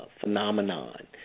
phenomenon